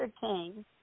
King